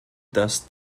dass